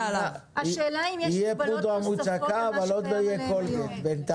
השאלה אם יש מגבלות נוספות על מה שקיים היום.